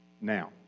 Now